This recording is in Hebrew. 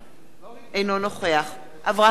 אינו נוכח אברהם דואן,